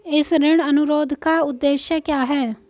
इस ऋण अनुरोध का उद्देश्य क्या है?